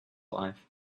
life